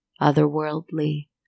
otherworldly